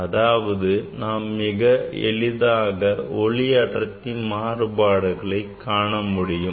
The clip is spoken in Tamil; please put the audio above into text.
அதாவது நாம் மிக எளிதாக ஒளி அடர்த்தி மாறுபாடுகளை காணமுடியும்